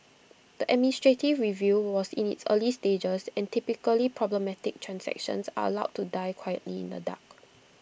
the administrative review was in its early stages and typically problematic transactions are allowed to die quietly in the dark